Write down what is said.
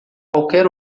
qualquer